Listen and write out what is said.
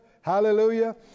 hallelujah